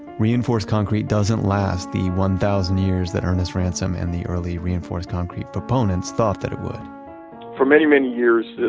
reinforced concrete doesn't last the one thousand years that ernest ransome and the early reinforced concrete proponents thought that it would for many, many years,